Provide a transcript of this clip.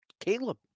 Caleb